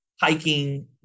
hiking